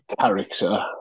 character